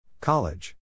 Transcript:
College